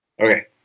Okay